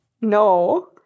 No